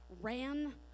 ran